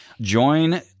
Join